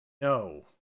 no